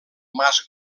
mas